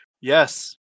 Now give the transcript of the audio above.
Yes